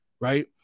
Right